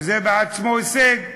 וזה בעצמו הישג.